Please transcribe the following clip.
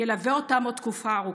ילווה אותם עוד תקופה ארוכה.